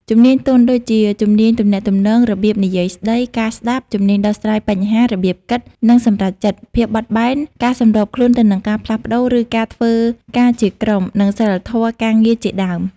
ជំនាញទន់ ដូចជា ជំនាញទំនាក់ទំនង របៀបនិយាយស្ដី ការស្ដាប់ ជំនាញដោះស្រាយបញ្ហា របៀបគិត និងសម្រេចចិត្ត ភាពបត់បែន ការសម្របខ្លួនទៅនឹងការផ្លាស់ប្ដូរ ឬ ការធ្វើការជាក្រុម និងសីលធម៌ការងារជាដើម។